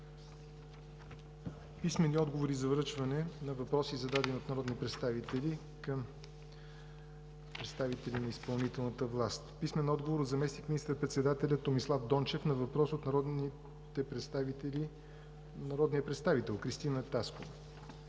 Писмени отговори за връчване на въпроси, зададени от народни представители, към представители на изпълнителната власт от: - заместник министър-председателя Томислав Дончев на въпрос от народния представител Кристина Таскова;